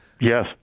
yes